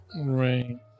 right